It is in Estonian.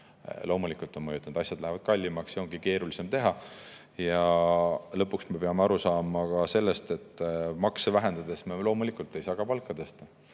loomulikult on mõjutanud. Asjad lähevad kallimaks ja neid ongi keerulisem teha. Lõpuks me peame aru saama ka sellest, et makse vähendades me loomulikult ei saa palka tõsta.